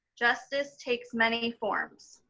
justice takes many forms.